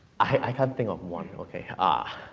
i can't think of one, ok. ah